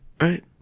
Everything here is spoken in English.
Right